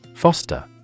Foster